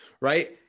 right